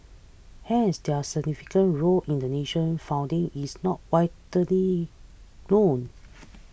hence their significant role in the nation's founding is not widely known